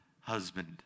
husband